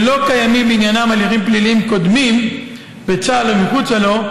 ושלא קיימים בעניינם הליכים פליליים קודמים בצה"ל ומחוצה לו,